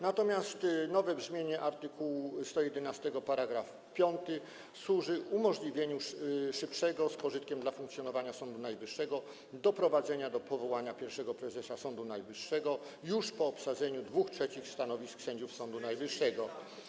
Natomiast nowe brzmienie art. 111 § 5 służy umożliwieniu szybszego, z pożytkiem dla funkcjonowania Sądu Najwyższego, doprowadzenia do powołania pierwszego prezesa Sądu Najwyższego już po obsadzeniu 2/3 stanowisk sędziów Sądu Najwyższego.